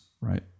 right